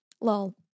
Lol